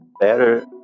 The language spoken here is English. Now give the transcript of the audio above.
better